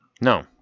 No